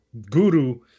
guru